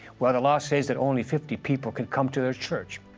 well the law says that only fifty people can come to their church.